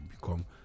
become